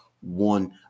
one